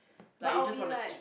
but I'll be like